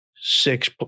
Six